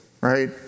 Right